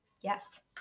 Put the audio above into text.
yes